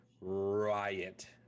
riot